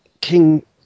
king